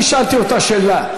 אני שאלתי אותה שאלה,